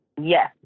yes